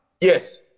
Yes